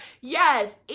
yes